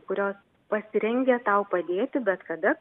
kurios pasirengę tau padėti bet kada